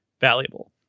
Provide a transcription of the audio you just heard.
valuable